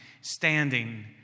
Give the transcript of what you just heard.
standing